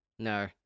No